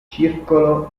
circolo